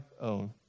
own